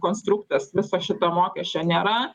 konstruktas viso šito mokesčio nėra